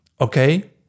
Okay